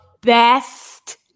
best